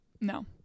no